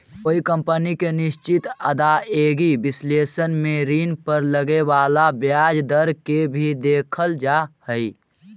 कोई कंपनी के निश्चित आदाएगी विश्लेषण में ऋण पर लगे वाला ब्याज दर के भी देखल जा हई